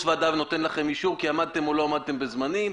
ועדה ונותן לכם אישור כי עמדתם או לא עמדתם בזמנים,